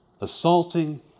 assaulting